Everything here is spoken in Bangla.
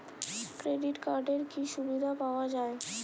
ক্রেডিট কার্ডের কি কি সুবিধা পাওয়া যায়?